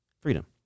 freedom